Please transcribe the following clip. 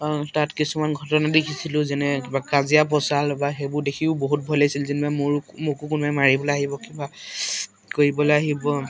তাত কিছুমান ঘটনা দেখিছিলোঁ যেনে কিবা কাজিয়া পেচাল বা সেইবোৰ দেখিও বহুত ভয় লাগিছিল যেনিবা মোৰ মোকো কোনোবাই মাৰিবলে আহিব কিবা কৰিবলে আহিব